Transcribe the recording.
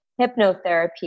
hypnotherapy